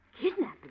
Kidnapping